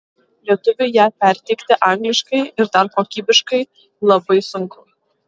lietuviui ją perteikti angliškai ir dar kokybiškai labai sunku